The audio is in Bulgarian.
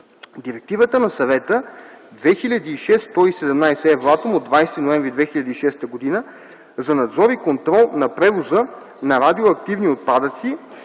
Директивата на Съвета 2006 / 117 / Евратом от 20 ноември 2006 г. за надзор и контрол на превоза на радиоактивни отпадъци